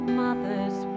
mother's